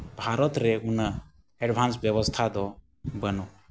ᱵᱷᱟᱨᱚᱛ ᱨᱮ ᱩᱱᱟᱹᱜ ᱮᱰᱵᱷᱟᱱᱥ ᱵᱮᱵᱚᱥᱛᱷᱟ ᱫᱚ ᱵᱟᱹᱱᱩᱜᱼᱟ